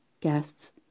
guests